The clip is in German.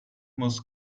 muss